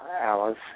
Alice